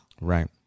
Right